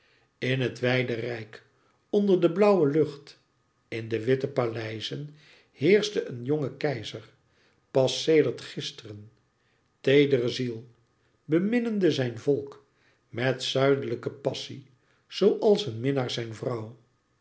in het wijde rijk onder de blauwe lucht in de witte paleizen heerschte een jonge keizer pas sedert gisteren teedere ziel beminnende zijn volk met zuidelijke passie zooals een minnaar zijn vrouw